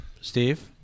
Steve